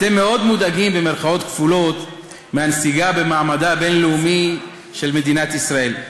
אתם "מאוד מודאגים" מהנסיגה במעמדה הבין-לאומי של מדינת ישראל.